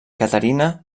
caterina